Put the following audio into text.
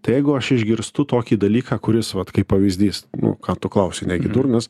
tai jeigu aš išgirstu tokį dalyką kuris vat kaip pavyzdys nu ką tu klausi negi durnas